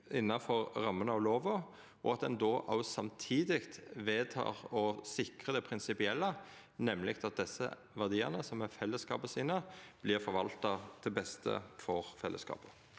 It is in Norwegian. innanfor rammene av lova, og at ein då samtidig vedtek å sikra det prinsipielle, nemleg at desse verdiane, som fellesskapet eig, vert forvalta til beste for fellesskapet.